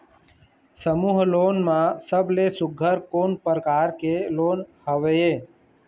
समूह लोन मा सबले सुघ्घर कोन प्रकार के लोन हवेए?